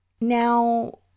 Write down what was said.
Now –